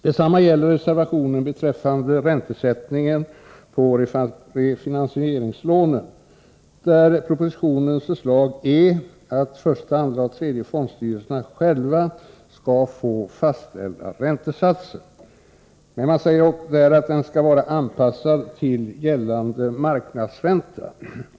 Detsamma gäller reservationen beträffande räntesättningen på refinansieringslånen, där propositionens förslag är att första, andra och tredje fondstyrelserna själva skall få fastställa räntesatsen. Men man säger där att den skall vara anpassad till gällande marknadsränta.